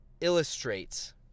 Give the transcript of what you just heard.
illustrates